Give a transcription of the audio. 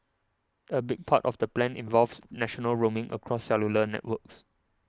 a big part of the plan involves national roaming across cellular networks